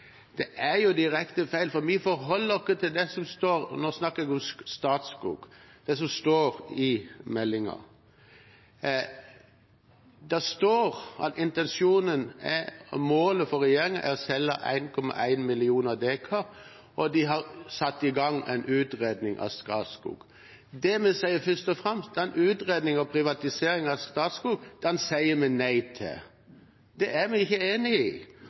Det er direkte feil, for vi forholder oss til det som står i meldingen – og nå snakker jeg om Statskog. Det står at målet for regjeringen er å selge 1,1 millioner dekar, og den har satt i gang en utredning av Statskog. Det vi sier, er først og fremst at den utredningen om privatisering av Statskog sier vi nei til, at vi ikke enig i det, og det er jo en reell forskjell. Men nå, hvis vi ikke